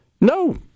no